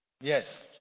yes